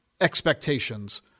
expectations